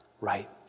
right